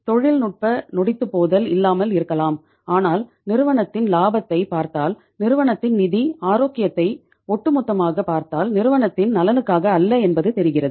தொழில்நுட்ப நொடித்துபோதல் இல்லாமல் இருக்கலாம் ஆனால் நிறுவனத்தின் லாபத்தைப் பார்த்தால் நிறுவனத்தின் நிதி ஆரோக்கியத்தை ஒட்டுமொத்தமாகப் பார்த்தல் நிறுவனத்தின் நலனுக்காக அல்ல என்பது தெரிகிறது